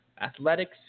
Athletics